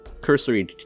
cursory